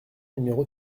numéro